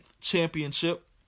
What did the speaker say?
championship